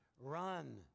run